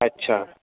اچھا